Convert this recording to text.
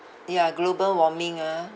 ya global warming ah